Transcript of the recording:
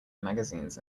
magazines